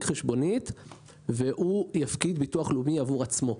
חשבונית שיפקיד ביטוח לאומי עבור עצמו,